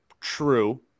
True